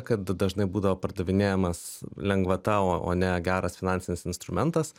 kad dažnai būdavo pardavinėjamas lengvata o o ne geras finansinis instrumentas